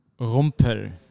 Rumpel